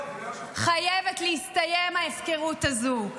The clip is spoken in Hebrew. חייבת להסתיים, ההפקרות הזו.